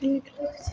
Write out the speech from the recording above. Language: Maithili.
नीक लागै छै